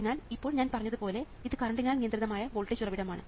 അതിനാൽ ഇപ്പോൾ ഞാൻ പറഞ്ഞതുപോലെ ഇത് കറണ്ടിനാൽ നിയന്ത്രിതമായ വോൾട്ടേജ് ഉറവിടമാണ്